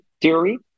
theory